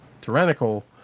tyrannical